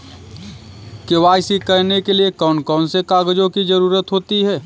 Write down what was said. KYC करने के लिए कौन कौन से कागजों की जरूरत होती है?